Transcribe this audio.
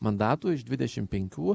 mandatų iš dvidešimt penkių